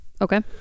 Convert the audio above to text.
Okay